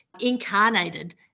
incarnated